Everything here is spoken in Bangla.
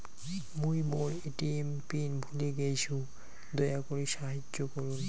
মুই মোর এ.টি.এম পিন ভুলে গেইসু, দয়া করি সাহাইয্য করুন